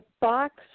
box